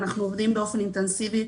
אנחנו עובדים באופן אינטנסיבי.